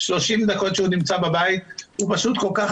30 דקות שהוא נמצא בבית הוא פשוט כל כך